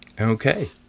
Okay